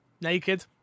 naked